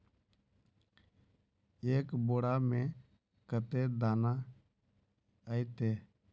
एक बोड़ा में कते दाना ऐते?